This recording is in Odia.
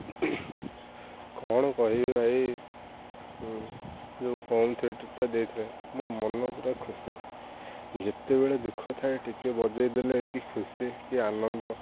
କ'ଣ କହିବି ଭାଇ ଯୋଉ ହୋମ୍ ଥିଏଟର୍ଟା ଦେଇଥିଲେ ମୋ ମନ ପୁରା ଖୁସି ଯେତେବେଳେ ଦୁଃଖ ଥାଏ ଟିକିଏ ବଜାଇଦେଲେ କି ଖୁସି କି ଆନନ୍ଦ